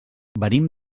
venim